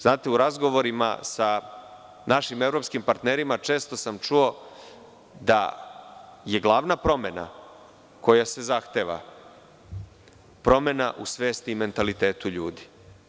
Znate u razgovorima sa našim evropskim partnerima često sam čuo da je glavna promena koja se zahteva promena u svesti i mentalitetu ljudi.